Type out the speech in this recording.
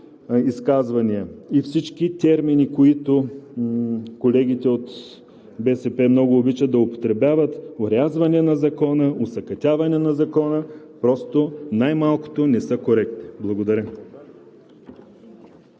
изказвания и всички термини, които колегите от БСП много обичат да употребяват: „орязване на Закона“, „осакатяване на Закона“, просто най-малкото не са коректни. Благодаря.